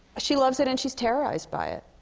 she loves it, and she's terrorized by it.